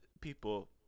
people